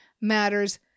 matters